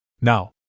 Now